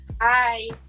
hi